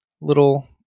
little